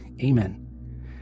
Amen